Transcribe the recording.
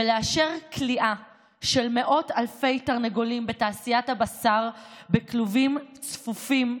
ולאשר כליאה של מאות אלפי תרנגולים בתעשיית הבשר בכלובים צפופים,